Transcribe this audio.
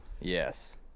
Yes